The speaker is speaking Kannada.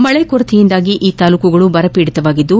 ಮಳೆ ಕೊರತೆಯಿಂದ ಈ ತಾಲೂಕುಗಳು ಬರಪೀಡಿತವಾಗಿದ್ದು